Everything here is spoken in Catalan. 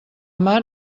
mar